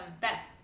Beth